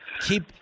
Keep